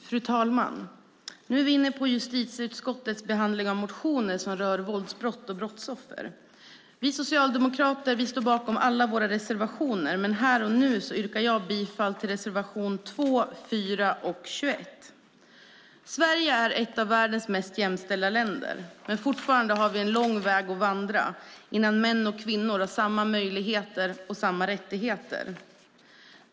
Fru talman! Nu är vi inne på justitieutskottets behandling av motioner som rör våldsbrott och brottsoffer. Vi socialdemokrater står bakom alla våra reservationer, men här och nu yrkar jag bifall till reservation 2, 4 och 21. Sverige är ett av världens mest jämställda länder, men fortfarande har vi en lång väg att vandra innan män och kvinnor har samma möjligheter och rättigheter.